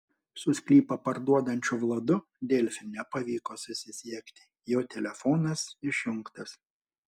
su sklypą parduodančiu vladu delfi nepavyko susisiekti jo telefonas išjungtas